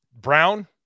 Brown